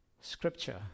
Scripture